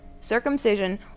circumcision